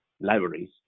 libraries